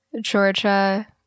Georgia